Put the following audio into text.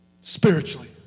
spiritually